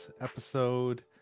episode